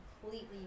completely